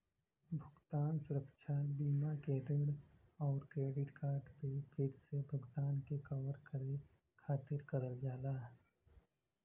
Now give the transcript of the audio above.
भुगतान सुरक्षा बीमा के ऋण आउर क्रेडिट कार्ड पे फिर से भुगतान के कवर करे खातिर करल जाला